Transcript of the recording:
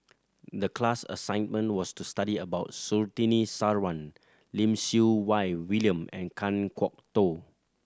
the class assignment was to study about Surtini Sarwan Lim Siew Wai William and Kan Kwok Toh